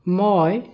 মই